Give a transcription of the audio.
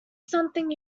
something